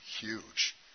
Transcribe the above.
huge